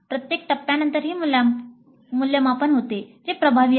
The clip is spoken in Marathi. प्रत्येक टप्प्यानंतरही मूल्यमापन होते जे प्रभावी आहे